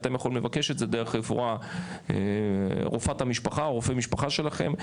אתם יכולים לבקש את זה דרך רופאת או רופא המשפחה שלכם.